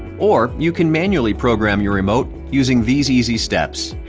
or you can manually program your remote using these easy steps.